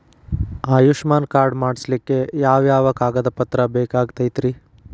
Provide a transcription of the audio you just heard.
Ayushman card ಮಾಡ್ಸ್ಲಿಕ್ಕೆ ಯಾವ ಯಾವ ಕಾಗದ ಪತ್ರ ಬೇಕಾಗತೈತ್ರಿ?